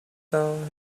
down